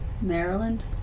Maryland